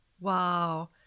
Wow